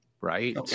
right